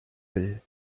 will